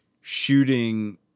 shooting